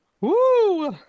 Woo